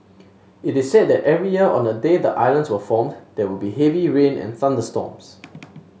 it is said that every year on the day the islands were formed there would be heavy rain and thunderstorms